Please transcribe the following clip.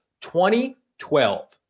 2012